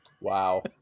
Wow